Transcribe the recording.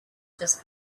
just